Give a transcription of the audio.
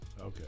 Okay